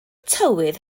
tywydd